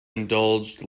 indulged